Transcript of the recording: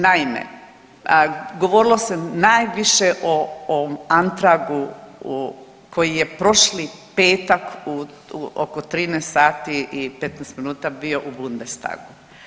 Naime, govorilo se najviše o, o Antragu koji je prošli petak oko 13 sati i 15 minuta bio u Bundestagu.